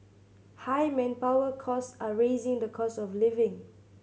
high manpower cost are raising the cost of living